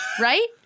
right